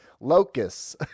locusts